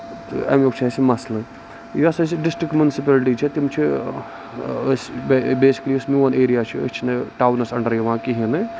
اَمیُک چھُ اَسہِ مَسلہٕ یۄس اَسہِ ڈِسٹرک مُنسپٔلٹی چھےٚ تِم چھِ أسۍ بیسِکٔلی یُس میون ایریا چھُ أسۍ چھِنہٕ ٹاوُنس اَنڈر یِوان کِہینۍ نہٕ